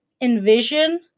envision